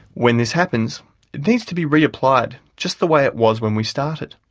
when this happens, it needs to be reapplied, just the way it was when we started,